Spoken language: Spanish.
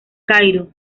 cairo